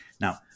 now